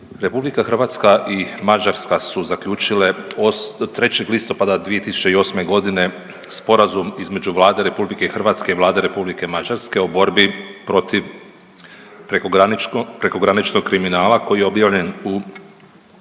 RH i Mađarska su zaključile 3. listopada 2008. g. Sporazum između Vlade RH i Vlade R. Mađarske o borbi protiv prekograničnog kriminala koji je objavljen u